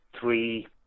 three